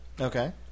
Okay